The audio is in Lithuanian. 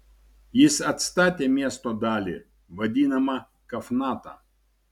jis atstatė miesto dalį vadinamą kafnata